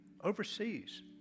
overseas